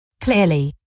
Clearly